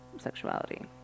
sexuality